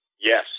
Yes